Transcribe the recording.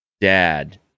dad